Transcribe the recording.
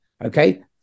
okay